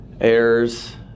errors